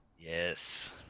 Yes